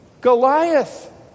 Goliath